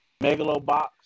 Megalobox